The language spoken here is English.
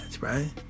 right